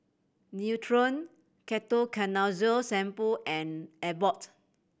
Nutren Ketoconazole Shampoo and Abbott